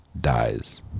dies